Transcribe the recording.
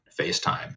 facetime